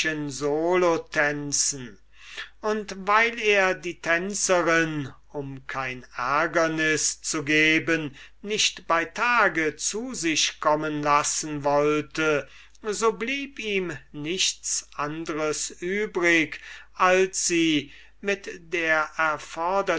solotänzen und weil er die tänzerin um kein ärgernis zu geben nicht bei tage zu sich kommen lassen wollte so blieb ihm nichts anders übrig als sie mit der